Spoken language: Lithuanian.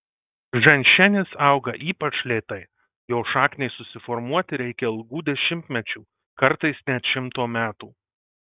ženšenis auga ypač lėtai jo šakniai susiformuoti reikia ilgų dešimtmečių kartais net šimto metų